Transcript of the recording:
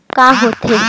का होथे?